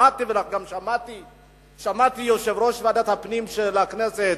שמעתי שיושב-ראש ועדת הפנים של הכנסת,